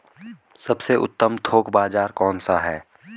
सबसे उत्तम थोक बाज़ार कौन सा है?